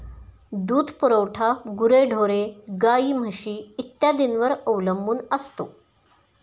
दूध पुरवठा गुरेढोरे, गाई, म्हशी इत्यादींवर अवलंबून असतो